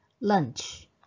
lunch